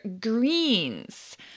greens